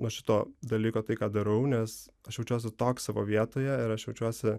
nuo šito dalyko tai ką darau nes aš jaučiuosi toks savo vietoje ir aš jaučiuosi